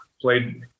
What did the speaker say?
played